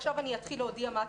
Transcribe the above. עכשיו אני אתחיל להודיע מה הצמצום.